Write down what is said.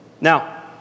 Now